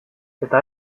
eta